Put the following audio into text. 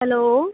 hello